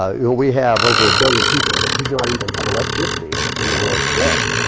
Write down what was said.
ah you know we have over a billion people that do not even have electricity in the world today.